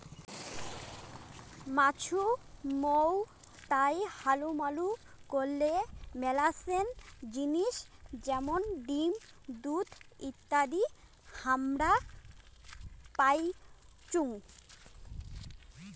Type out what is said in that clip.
মাছুমৌতাই হালুবালু করলে মেলাছেন জিনিস যেমন ডিম, দুধ ইত্যাদি হামরা পাইচুঙ